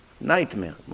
Nightmare